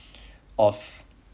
of